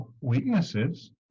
weaknesses